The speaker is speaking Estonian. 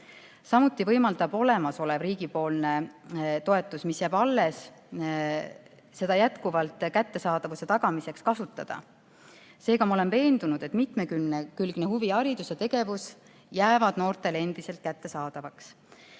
Samuti võimaldab olemasolev riigipoolne toetus, mis jääb alles, seda edaspidigi kättesaadavuse tagamiseks kasutada. Seega ma olen veendunud, et mitmekülgne huviharidus ja -tegevus jääb noortele endiselt kättesaadavaks. Aga